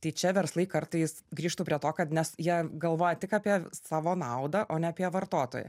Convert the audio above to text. tai čia verslai kartais grįžtu prie to kad nes jie galvoja tik apie savo naudą o ne apie vartotoją